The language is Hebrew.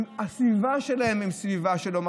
הסביבה שלהם היא סביבה שלא,